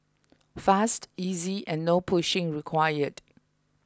fast easy and no pushing required